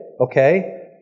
okay